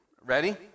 ready